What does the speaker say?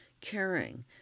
caring